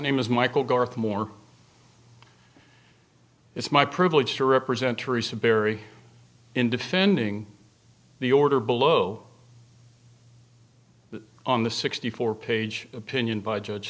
name is michael garth moore it's my privilege to represent teresa barry in defending the order below on the sixty four page opinion by